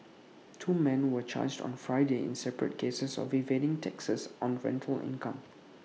two men were charged on Friday in separate cases of evading taxes on rental income